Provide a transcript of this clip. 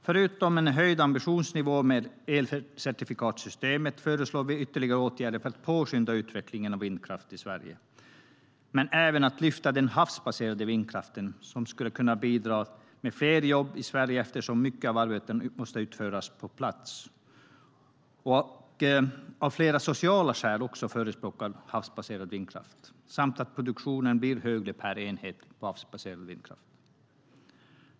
Förutom en höjd ambitionsnivå med elcertifikatssystemet föreslår vi ytterligare åtgärder för att påskynda utvecklingen av vindkraft i Sverige. Vi föreslår även att man ska lyfta den havsbaserade vindkraften, som skulle kunna bidra med fler jobb i Sverige eftersom mycket av arbetet måste utföras på plats. Också av flera sociala skäl förespråkar vi havsbaserad vindkraft. Produktionen blir även högre per enhet sådan vindkraft.